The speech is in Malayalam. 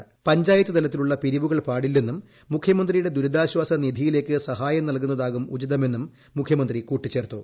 കമ്പനികൾ പഞ്ചായത്തുതലത്തിലുള്ള പിതിവുകൾ പാടില്ലെന്നും മുഖ്യമന്ത്രിയുടെ ദുരിതാശ്വാസ്നിധിയിലേക്ക് സഹായം നൽകുന്നതാകും ഉചിതമെന്നും മുഖ്യമന്ത്രി കൂട്ടിച്ചേർത്തു